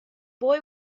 boy